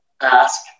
ask